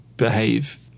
behave